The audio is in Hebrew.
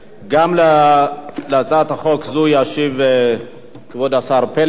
גם על הצעת החוק הזאת ישיב כבוד השר פלד.